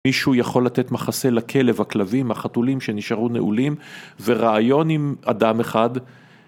מישהו יכול לתת מחסה לכלב, הכלבים, החתולים שנשארו נעולים וראיון עם אדם אחד